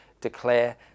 declare